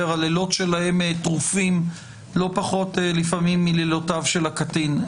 הלילות שלהם טרופים לפעמים לא פחות מלילותיו של הקטין.